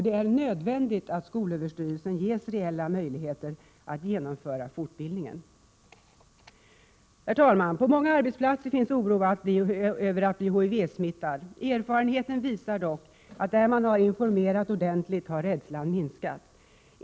Det är nödvändigt att skolöverstyrelsen ges reella möjligheter att genomföra fortbildningen. Herr talman! På många arbetsplatser finns oro för att man skall bli HIV-smittad. Erfarenheten visar dock att där man har informerat ordentligt har rädslan minskat.